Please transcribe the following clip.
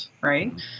right